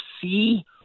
see